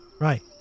Right